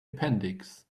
appendix